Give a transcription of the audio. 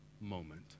moment